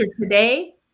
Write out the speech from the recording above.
today